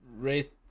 rate